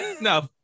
no